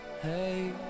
Hey